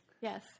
Yes